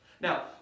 Now